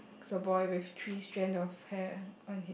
the boy with three strand of hair on his